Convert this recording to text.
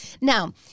Now